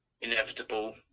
inevitable